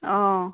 অঁ